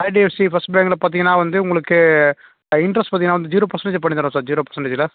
IDFC first பேங்க்கில் பார்த்தீங்கன்னா வந்து உங்களுக்கு இன்ட்ரஸ்ட் பார்த்தீங்கன்னா வந்து ஜிரோ பர்ஸன்டேஜ் பண்ணித்தரோம் சார் ஜிரோ பர்ஸன்டேஜில்